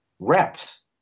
reps